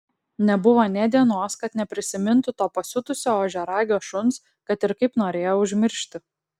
nebuvo nė dienos kad neprisimintų to pasiutusio ožiaragio šuns kad ir kaip norėjo užmiršti